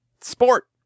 sport